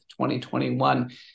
2021